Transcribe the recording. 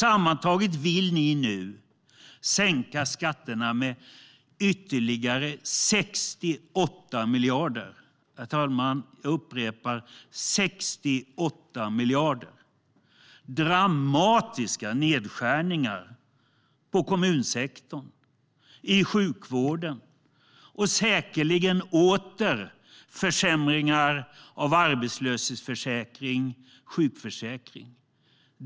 Sammantaget vill ni sänka skatterna med ytterligare 68 miljarder. Jag upprepar, herr talman: 68 miljarder. Det är fråga om dramatiska nedskärningar på kommunsektorn och i sjukvården. Det är säkerligen åter fråga om försämringar i arbetslöshetsförsäkringen och sjukförsäkringen.